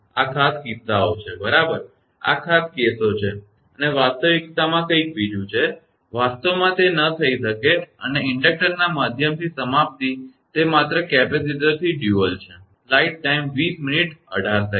આ ખાસ કિસ્સાઓ છે બરાબર આ ખાસ કેસો છે અને વાસ્તવિકતામાં કંઈક બીજું છે વાસ્તવમાં તે ન થઇ શકે અને ઇન્ડક્ટરના માધ્યમથી સમાપ્તિ તે માત્ર કેપેસિટરથી ડયુઅલ દ્વિ છે